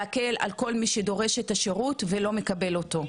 להקל על כל מי שדורש את השירות ולא מקבל אותו.